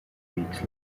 weeks